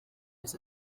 his